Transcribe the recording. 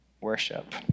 worship